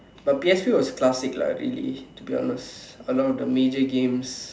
but P_S_P was classic lah to be honest a lot of the major games